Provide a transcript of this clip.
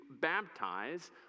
baptize